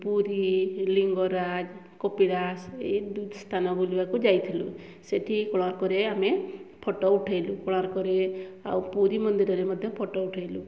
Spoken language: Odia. ପୁରୀ ଲିଙ୍ଗରାଜ କପିଳାସ ଏଇ ଦୁଇଟି ସ୍ଥାନ ବୁଲିବାକୁ ଯାଇଥିଲୁ ସେଠି କୋଣାର୍କରେ ଆମେ ଫଟୋ ଉଠାଇଲୁ କୋଣାର୍କରେ ଆଉ ପୁରୀ ମନ୍ଦିରରେ ମଧ୍ୟ ଫଟୋ ଉଠାଇଲୁ